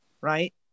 Right